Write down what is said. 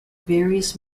various